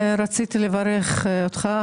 רציתי לברך אותך,